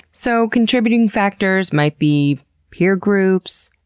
so contributing factors might be peer groups,